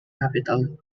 capital